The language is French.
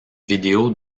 vidéo